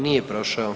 Nije prošao.